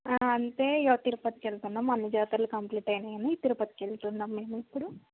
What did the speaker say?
ఆ అంటే ఇక తిరుపతికి వెళ్తున్నాము అన్ని జాతరలు కంప్లీట్ అయ్యాయి అని తిరుపతికి వెళ్తున్నాము మేము ఇప్పుడు